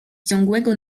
ciągłego